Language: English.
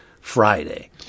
friday